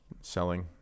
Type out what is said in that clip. selling